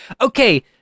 Okay